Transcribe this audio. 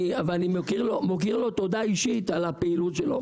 אני מוקיר לו תודה אישית על הפעילות שלו.